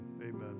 Amen